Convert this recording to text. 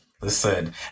listen